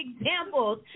examples